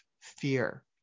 fear